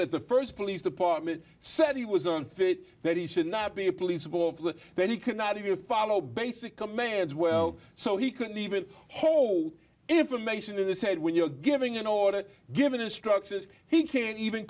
that the first police department said he was unfit that he should not be a police officer then he cannot even follow basic commands well so he couldn't even hold if a mason in the said when you're giving an order given instructions he can't even